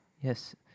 yes